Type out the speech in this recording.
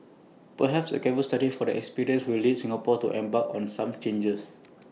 perhaps A careful study of their experiences will lead Singapore to embark on some changes